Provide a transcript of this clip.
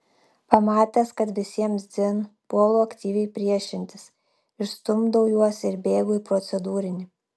pamatęs kad visiems dzin puolu aktyviai priešintis išstumdau juos ir bėgu į procedūrinį